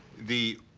the